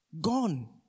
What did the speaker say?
gone